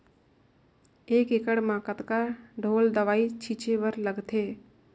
एक एकड़ म कतका ढोल दवई छीचे बर लगथे?